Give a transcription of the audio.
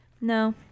no